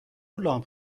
لامپ